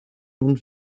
und